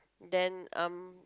then um